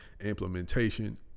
implementation